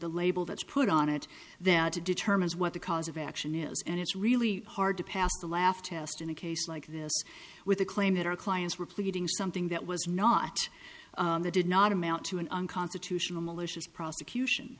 the label that's put on it then to determine what the cause of action is and it's really hard to pass the laugh test in a case like this with a claim that our clients were pleading something that was not the did not amount to an unconstitutional malicious prosecution